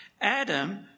Adam